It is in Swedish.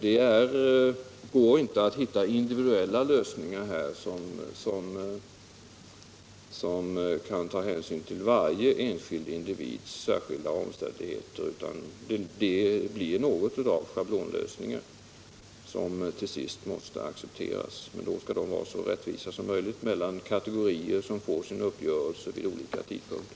Det går inte att här hitta individuella lösningar som kan ta hänsyn till varje enskild individs särskilda omständigheter, utan det blir något av schablonlösningar som till sist måste accepteras. Dessa skall dock vara så rättvisa som möjligt oavsett om de får sina uppgörelser vid olika tidpunkter.